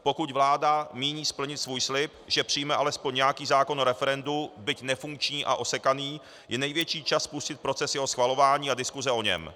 Pokud vláda míní splnit svůj slib, že přijme alespoň nějaký zákon o referendu, byť nefunkční a osekaný, je nejvyšší čas spustit proces jeho schvalování a diskuse o něm.